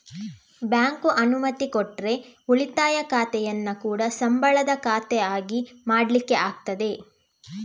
bank ಅನುಮತಿ ಕೊಟ್ರೆ ಉಳಿತಾಯ ಖಾತೆಯನ್ನ ಕೂಡಾ ಸಂಬಳದ ಖಾತೆ ಆಗಿ ಮಾಡ್ಲಿಕ್ಕೆ ಆಗ್ತದೆ